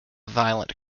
violent